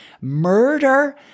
murder